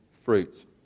fruits